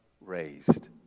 raised